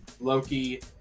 Loki